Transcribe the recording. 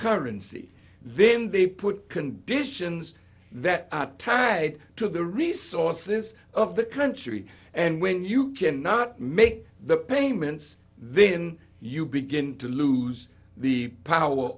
currency then they put conditions that are tied to the resources of the country and when you cannot make the payments then you begin to lose the power